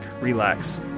relax